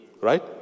Right